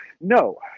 No